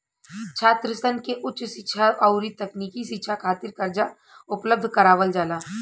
छात्रसन के उच शिक्षा अउरी तकनीकी शिक्षा खातिर कर्जा उपलब्ध करावल जाला